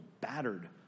battered